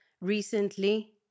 recently